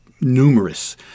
numerous